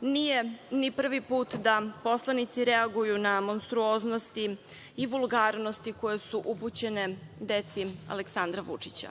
nije ni prvi put da poslanici reaguju na monstruoznosti i vulgarnosti koje su upućene deci Aleksandra Vučića